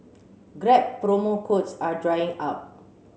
grab promo codes are drying up